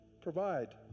provide